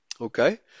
okay